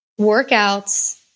workouts